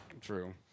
True